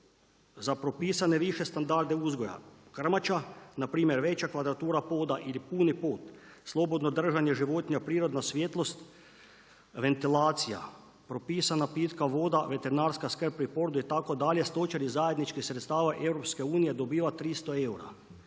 za propisane više standarde uzgoja krmača, npr. veća kvadratura poda ili puni pod, slobodno držanje životinja, prirodna svjetlost, ventilacija, propisana pitka voda, veterinarska skrb pri porodu itd., stočari iz zajedničkih sredstava EU-a dobiva 300 eura